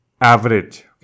average